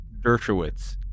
Dershowitz